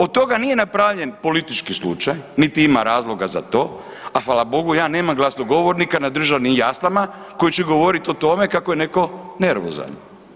Od toga nije napravljen politički slučaj niti ima razloga za to a fala bogu, ja nemam glasnogovornika na državnim jaslama koji će govoriti o tome kako je neko nervozan.